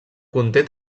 conté